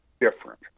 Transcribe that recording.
different